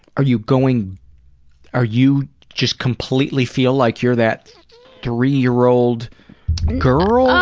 are you going are you just completely feel like you're that three-year-old girl,